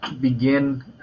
begin